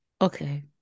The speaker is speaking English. Okay